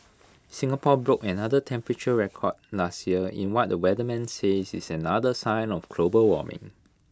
Singapore broke another temperature record last year in what the weatherman says is another sign of global warming